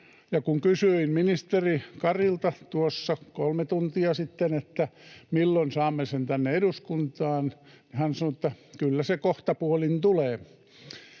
kun kysyin ministeri Karilta tuossa kolme tuntia sitten, että milloin saamme sen tänne eduskuntaan, niin hän sanoi, että ”kyllä se kohtapuolin tulee”.